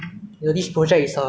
hopefully ah if we pass